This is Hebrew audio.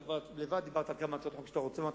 אתה עצמך כבר דיברת על כמה הצעות חוק שאתה רוצה להביא,